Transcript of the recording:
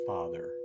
Father